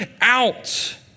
out